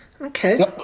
Okay